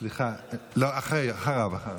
סליחה, אחריו.